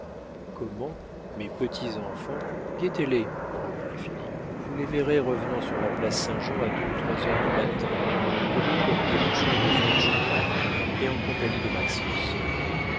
comment mes petits-enfants guettez les reprit philippe vous les verrez revenant sur la place saint-jean à deux ou trois heures du matin gris comme des bouchons de vin de champagne et en compagnie de